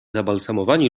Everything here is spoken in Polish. zabalsamowani